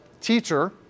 teacher